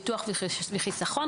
ביטוח וחיסכון,